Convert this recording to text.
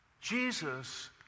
Jesus